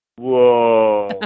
whoa